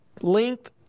length